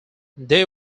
they